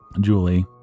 Julie